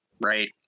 right